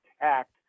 act